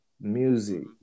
Music